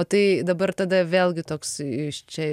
o tai dabar tada vėlgi toks iš čia